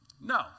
No